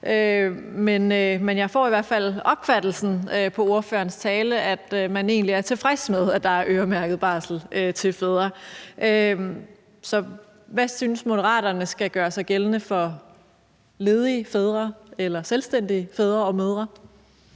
men jeg får i hvert fald den opfattelse af ordførerens tale, at man egentlig er tilfreds med, at der er øremærket barsel til fædre. Så hvad synes Moderaterne skal gøre sig gældende for ledige fædre eller selvstændige fædre og mødre?